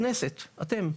הכנסת, אתם,